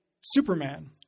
Superman